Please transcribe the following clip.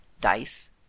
dice